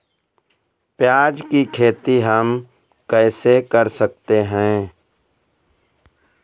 प्याज की खेती हम कैसे कर सकते हैं?